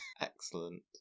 Excellent